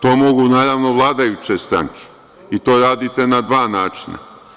To mogu, naravno, vladajuće stranke, i to radite na dva načina.